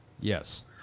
Yes